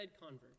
convert